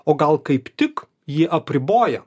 o gal kaip tik jį apriboja